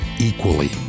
equally